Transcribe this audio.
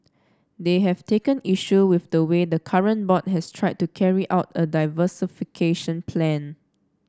they have taken issue with the way the current board has tried to carry out a diversification plan